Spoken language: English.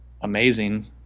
amazing